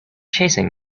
chasing